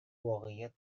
واقعیت